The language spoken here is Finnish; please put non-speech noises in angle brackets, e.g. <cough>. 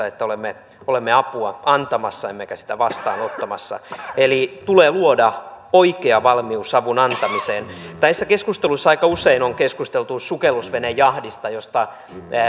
<unintelligible> että olemme olemme apua antamassa emmekä sitä vastaanottamassa eli tulee luoda oikea valmius avun antamiseen näissä keskusteluissa aika usein on keskusteltu sukellusvenejahdista josta